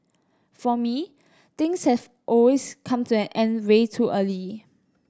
for me things have come to an end way early